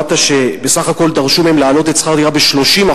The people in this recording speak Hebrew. אמרת שבסך הכול דרשו מהם להעלות את שכר הדירה ב-30%.